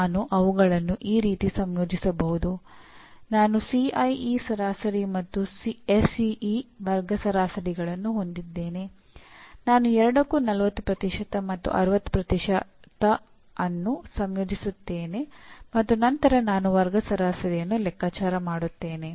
ನಾನು ಎರಡಕ್ಕೂ 40 ಮತ್ತು 60 ಅನ್ನು ಸಂಯೋಜಿಸುತ್ತೇನೆ ಮತ್ತು ನಂತರ ನಾನು ವರ್ಗ ಸರಾಸರಿಯನ್ನು ಲೆಕ್ಕಾಚಾರ ಮಾಡುತ್ತೇನೆ